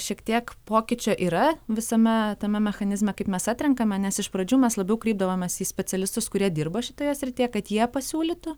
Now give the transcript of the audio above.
šiek tiek pokyčio yra visame tame mechanizme kaip mes atrenkame nes iš pradžių mes labiau kreipdavomės į specialistus kurie dirba šitoje srityje kad jie pasiūlytų